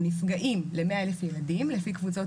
נפגעים ל-100,000 ילדים לפי קבוצות